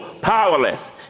powerless